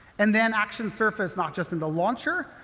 and then actions surfaces not just in the launcher,